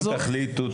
אם תחליטו,